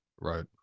right